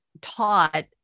taught